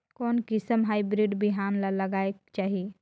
कोन किसम हाईब्रिड बिहान ला लगायेक चाही?